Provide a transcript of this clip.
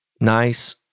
nice